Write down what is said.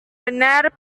benar